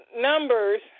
numbers